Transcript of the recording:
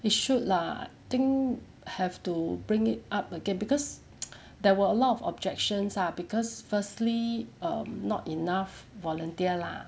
it should lah think have to bring it up again because there were a lot of objections lah because firstly um not enough volunteer lah